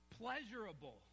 pleasurable